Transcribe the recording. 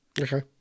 Okay